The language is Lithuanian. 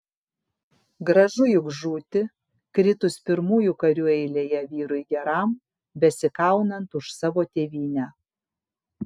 gražu juk žūti kritus pirmųjų karių eilėje vyrui geram besikaunant už savo tėvynę